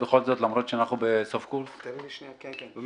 שאנחנו באווירת סוף קורס, אפשר משהו?